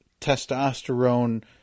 testosterone